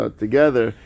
together